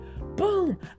boom